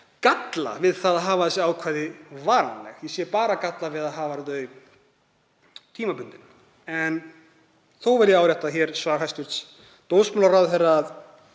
galla við það að hafa þessi ákvæði varanleg, ég sé bara galla við að hafa þau tímabundin. En þó vil ég árétta hér svar hæstv. dómsmálaráðherra, að